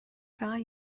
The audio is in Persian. فقط